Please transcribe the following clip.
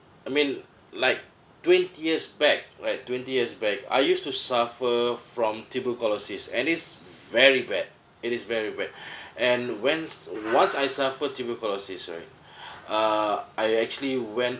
I mean like twenty years back right twenty years back I used to suffer from tuberculosis and it's very bad it is very bad and whence once I suffered tuberculosis right uh I actually went